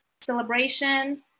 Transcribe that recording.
celebration